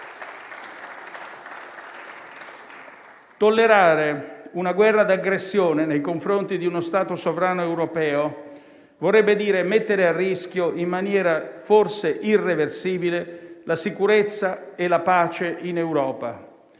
Tollerare una guerra di aggressione nei confronti di uno Stato sovrano europeo vorrebbe dire mettere a rischio, in maniera forse irreversibile, la sicurezza e la pace in Europa.